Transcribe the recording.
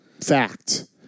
fact